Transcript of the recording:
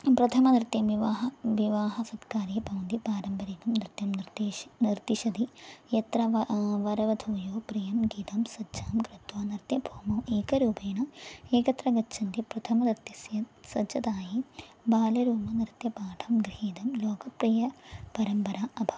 प्रथमनृत्यं विवाहे विवाहसत्कार्ये भवन्ति पारम्परिकं नृत्यं निर्दिशति निर्दिशति यत्र व वरवध्वोः प्रियं गीतं सज्जतां कृत्वा नर्त्यभूमौ एकरूपेण एकत्र गच्छन्ति प्रथमनृत्यस्य सज्जतायै बालरूपनृत्यपाठं गृहीतं लोकप्रियपरम्परा अभवत्